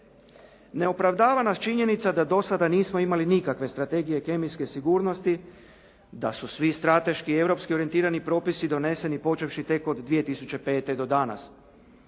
Ne opravdava nas činjenica da dosada nismo imali nikakve strategije kemijske sigurnosti, da su svi strateški europski orijentirani propisi doneseni počevši tek od 2005. do danas.